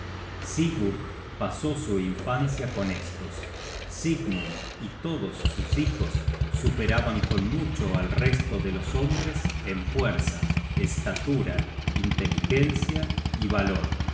pasó su infancia con estos sigmund y todos sus hijos superaban con mucho al resto de los hombres en fuerza estatura inteligencia y valor